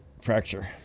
fracture